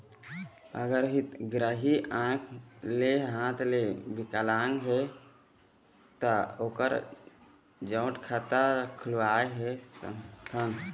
अगर हितग्राही आंख ले हाथ ले विकलांग हे ता ओकर जॉइंट खाता खुलवा सकथन?